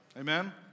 Amen